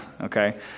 okay